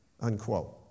Unquote